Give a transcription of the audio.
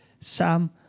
Sam